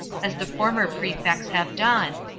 as the former prefects have done,